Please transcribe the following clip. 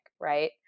right